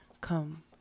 Come